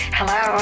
Hello